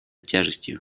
тяжестью